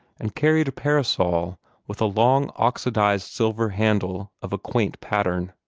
and carried a parasol with a long oxidized silver handle of a quaint pattern.